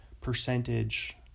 percentage